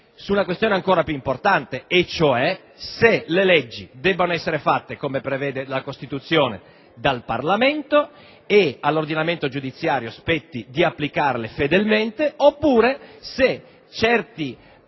la questione è ancora più importante. Ovvero si tratta di sapere se le leggi debbano essere fatte - come prevede la Costituzione - dal Parlamento e all'ordinamento giudiziario spetti di applicarle fedelmente, oppure se certe